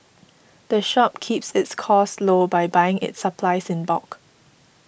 the shop keeps its costs low by buying its supplies in bulk